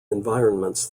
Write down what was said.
environments